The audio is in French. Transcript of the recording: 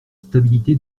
stabilité